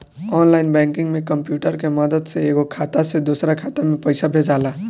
online banking में computer के मदद से एगो खाता से दोसरा खाता में पइसा भेजाला